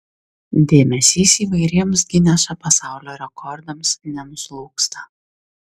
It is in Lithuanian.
dėmesys įvairiems gineso pasaulio rekordams nenuslūgsta